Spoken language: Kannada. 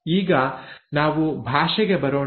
ಈಗ ನಾವು ಭಾಷೆಗೆ ಬರೋಣ